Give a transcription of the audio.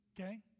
Okay